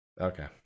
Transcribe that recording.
Okay